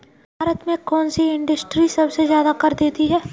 भारत में कौन सी इंडस्ट्री सबसे ज्यादा कर देती है?